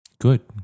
Good